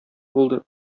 булды